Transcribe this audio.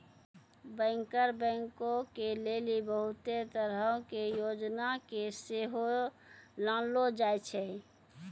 banker बैंको के लेली बहुते तरहो के योजना के सेहो लानलो जाय छै